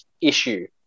issue